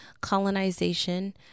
colonization